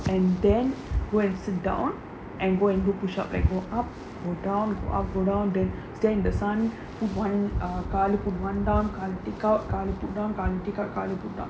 and then go and sit down and go and group push up and go up or down go up down go up down then stand in the sun one காலு:kaalu put one down காலு:kaalu take out காலு:kaalu put down காலு:kaalu take out காலு:kaalu put down